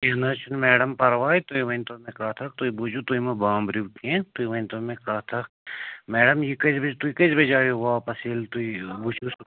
کینٛہہ نہٕ حظ چھُنہٕ میڈم پَرواے تُہۍ ؤنۍتو مےٚ کَتھ اَکھ تُہۍ بوٗزِو تُہۍ مہٕ بامبرِو کیٚنٛہہ تُہۍ ؤنۍتو مےٚ کَتھ اَکھ میڈم یہِ کٔژِ بَجہِ تُہۍ کٔژِ بَجہِ آییوُ واپس ییٚلہِ تُہۍ وٕچھِوٕ سُہ